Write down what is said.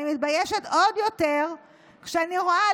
אני מתביישת עוד יותר כשאני רואה,